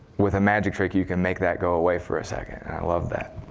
with a magic trick, you can make that go away for a second. i love that.